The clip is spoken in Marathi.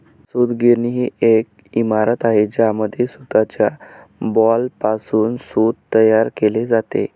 सूतगिरणी ही एक इमारत आहे ज्यामध्ये सूताच्या बॉलपासून सूत तयार केले जाते